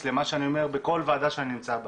למה שאני אומר בכל ועדה שאני נמצא בה,